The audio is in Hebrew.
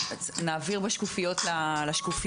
(מלווה דבריה בהקרנת מצגת) לגבי